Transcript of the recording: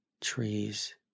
trees